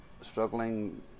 struggling